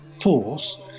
force